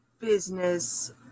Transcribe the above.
business